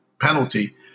penalty